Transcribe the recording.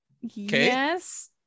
yes